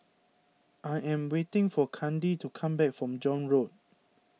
I am waiting for Kandi to come back from John Road